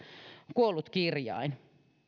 kuollut kirjain